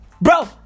Bro